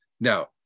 Now